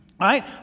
right